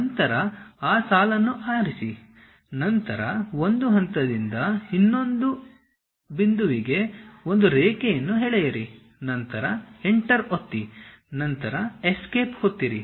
ನಂತರ ಆ ಸಾಲನ್ನು ಆರಿಸಿ ನಂತರ ಒಂದು ಹಂತದಿಂದ ಇನ್ನೊಂದು ಬಿಂದುವಿಗೆ ಒಂದು ರೇಖೆಯನ್ನು ಎಳೆಯಿರಿ ನಂತರ ಎಂಟರ್ ಒತ್ತಿ ನಂತರ ಎಸ್ಕೇಪ್ ಒತ್ತಿರಿ